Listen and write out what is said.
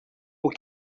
aux